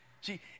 See